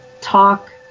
talk